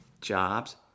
jobs